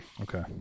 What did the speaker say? Okay